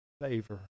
favor